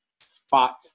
spot